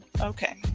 Okay